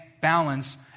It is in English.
balance